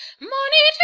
money,